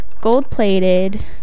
gold-plated